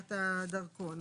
בשאלת הדרכון.